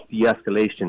de-escalation